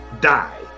die